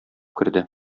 керде